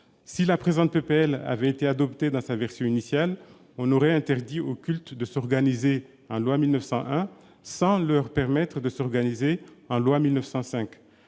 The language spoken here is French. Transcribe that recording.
proposition de loi avait été adoptée dans sa version initiale, on aurait interdit aux cultes de s'organiser en loi 1901 sans leur permettre de s'organiser en loi 1905.